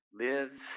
lives